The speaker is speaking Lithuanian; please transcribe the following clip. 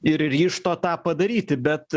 ir ryžto tą padaryti bet